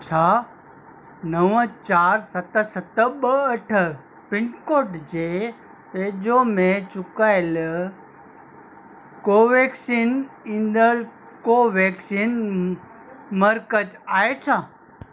छा नव चारि सत सत ॿ अठ पिनकोड जे वेझो में चुकायल कोवैक्सीन ॾींदड़ कोवैक्सीन मर्कज़ु आहे छा